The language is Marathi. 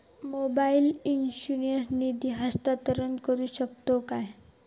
मोबाईला वर्सून निधी हस्तांतरण करू शकतो काय?